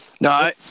No